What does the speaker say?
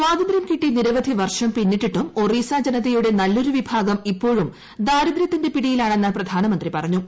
സ്വാതന്ത്ര്യം കിട്ടി നിരവധി വർഷം പിന്നിട്ടിട്ടും ഒറീസ ജനതയുടെ നല്ലൊരു വിഭാഗം ഇപ്പോഴും ദാരിദ്ര്യത്തിന്റെ പിടിയിലാണെന്ന് പ്രധാനമന്ത്രി പറഞ്ഞു